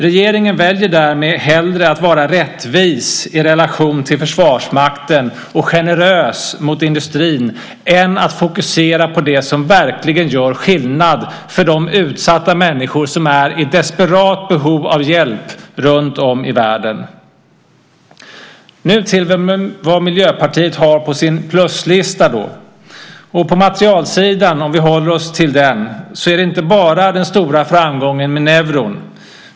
Regeringen väljer därmed hellre att vara rättvis i relation till Försvarsmakten och generös mot industrin än att fokusera på det som verkligen gör skillnad för de utsatta människor som är i desperat behov av hjälp runtom i världen. Nu till vad Miljöpartiet har på sin pluslista. På materielsidan, om vi håller oss till den, är det inte bara den stora framgången med Neuron.